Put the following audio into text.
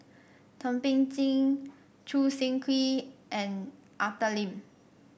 Thum Ping Tjin Choo Seng Quee and Arthur Lim